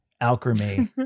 Alchemy